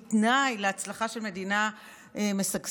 הן תנאי להצלחה של מדינה משגשגת,